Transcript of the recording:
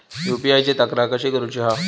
UPI ची तक्रार कशी करुची हा?